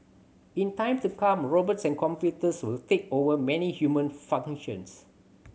in time to come robots and computers will take over many human functions